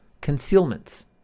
concealments